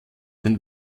den